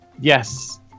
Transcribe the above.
Yes